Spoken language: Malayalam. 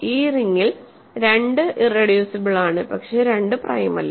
ഈ റിംഗിൽ 2 ഇറെഡ്യൂസിബിൾ ആണ് പക്ഷേ 2 പ്രൈം അല്ല